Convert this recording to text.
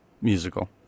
musical